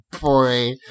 boy